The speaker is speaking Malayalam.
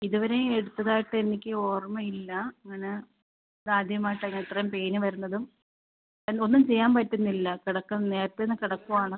ഇതുവരെ എടുത്തതായിട്ട് എനിക്ക് ഓർമ്മ ഇല്ല അങ്ങനെ ഇത് ആദ്യമായിട്ടാണ് ഇത്രയും പെയിൻ വരുന്നതും എനിക്ക് ഒന്നും ചെയ്യാൻ പറ്റുന്നില്ല കിടക്കം നേരത്തേ തന്നെ കിടക്കുവാണ്